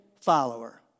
follower